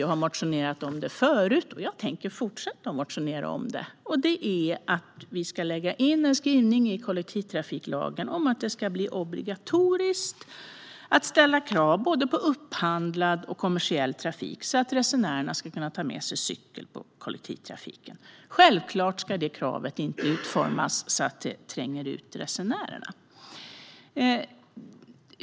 Jag har motionerat förut och jag tänker fortsätta motionerna om att vi ska lägga in en skrivning i kollektivtrafiklagen om att det ska bli obligatoriskt att ställa krav både på upphandlad och på kommersiell trafik så att resenärerna ska kunna ta med sig cykel i kollektivtrafiken. Självklart ska det kravet inte utformas så att det tränger ut resenärerna.